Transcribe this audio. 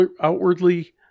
outwardly